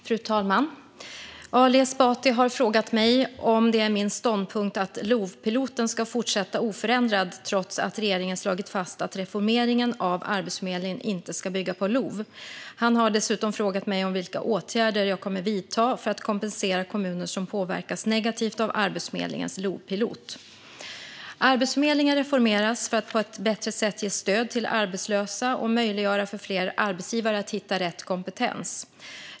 Fru talman! Ali Esbati har frågat mig om det är min ståndpunkt att LOV-piloten ska fortsätta oförändrad trots att regeringen slagit fast att reformeringen av Arbetsförmedlingen inte ska bygga på LOV. Han har dessutom frågat mig om vilka åtgärder jag kommer att vidta för att kompensera kommuner som påverkas negativt av Arbetsförmedlingens LOV-pilot. Arbetsförmedlingen reformeras för att på ett bättre sätt ge stöd till arbetslösa och möjliggöra för fler arbetsgivare att hitta rätt kompetens.